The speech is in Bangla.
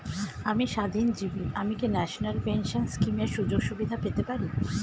আমি স্বাধীনজীবী আমি কি ন্যাশনাল পেনশন স্কিমের সুযোগ সুবিধা পেতে পারি?